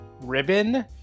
ribbon